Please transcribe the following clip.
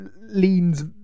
leans